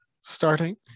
starting